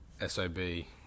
S-O-B